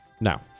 now